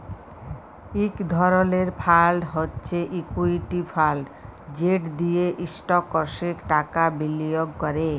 ইক ধরলের ফাল্ড হছে ইকুইটি ফাল্ড যেট দিঁয়ে ইস্টকসে টাকা বিলিয়গ ক্যরে